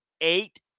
eight